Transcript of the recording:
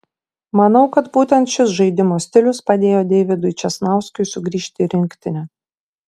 manau kad būtent šis žaidimo stilius padėjo deividui česnauskiui sugrįžti į rinktinę